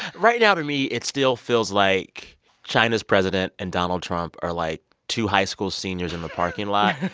right now to me, it still feels like china's president and donald trump are, like, two high school seniors in a parking lot.